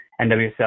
NWSL